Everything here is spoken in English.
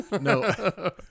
no